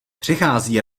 přichází